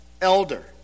elder